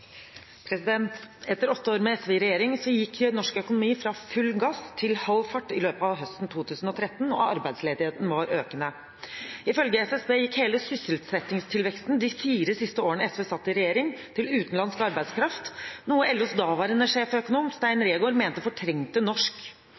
Etter åtte år med SV i regjering gikk norsk økonomi fra full gass til halv fart i løpet av høsten 2013, og arbeidsledigheten var økende. Ifølge SSB gikk hele sysselsettingstilveksten de fire siste årene SV satt i regjering, til utenlandsk arbeidskraft, noe LOs daværende sjeføkonom Stein